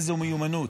איזו מיומנות,